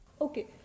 Okay